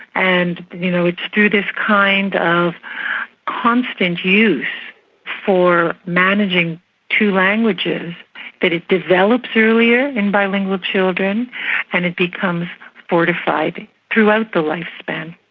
and you know it's through this kind of constant use for managing two languages that it develops earlier in bilingual children and it becomes fortified throughout the lifespan.